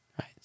right